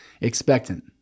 expectant